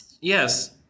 Yes